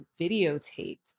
videotaped